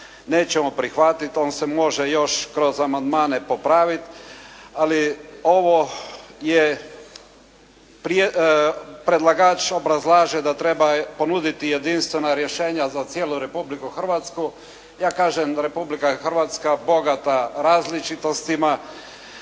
nećemo prihvatiti. On se može još kroz amandmane popraviti, ali ovo je, predlagač obrazlaže da treba ponuditi jedinstvena rješenja za cijelu Republiku Hrvatsku. Ja kažem da je Republika Hrvatska bogata različitostima